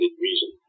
reason